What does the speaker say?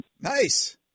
Nice